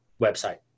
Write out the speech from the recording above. website